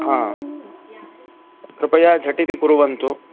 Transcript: हा कृपया झटिति कुर्वन्तु